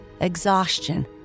exhaustion